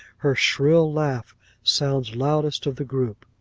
her shrill laugh sounds loudest of the group.